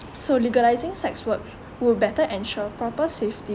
so legalising sex work will better ensure proper safety